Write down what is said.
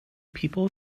people